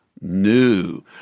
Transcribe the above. new